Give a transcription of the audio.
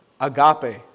Agape